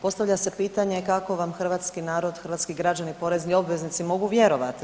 Postavlja se pitanje kako vam Hrvatski narod, hrvatski građani, porezni obveznici mogu vjerovati.